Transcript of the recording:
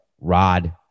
rod